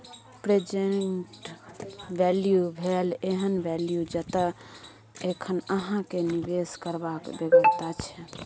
present value भेल एहन value जतय एखन अहाँ केँ निबेश करबाक बेगरता छै